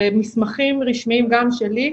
במסמכים רשמיים גם שלי,